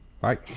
Bye